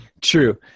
true